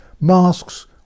masks